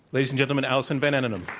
ladies and gentlemen, alison van eenennaam.